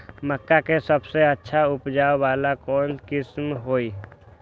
मक्का के सबसे अच्छा उपज वाला कौन किस्म होई?